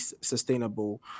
sustainable